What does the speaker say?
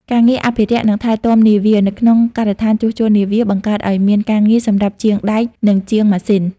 ការងារអភិរក្ស និងថែទាំនាវា នៅក្នុងការដ្ឋានជួសជុលនាវា បង្កើតឱ្យមានការងារសម្រាប់ជាងដែក និងជាងម៉ាស៊ីន។